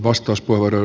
arvoisa puhemies